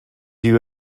you